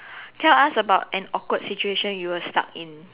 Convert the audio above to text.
can I ask about an awkward situation you were stuck in